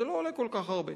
זה לא עולה כל כך הרבה.